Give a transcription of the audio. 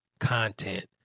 content